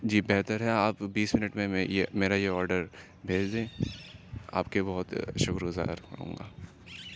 جی بہتر ہے آپ بیس منٹ میں میں یہ میرا یہ آڈر بھیج دیں آپ کے بہت شکر گزار ہوں گا